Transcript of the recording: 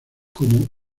como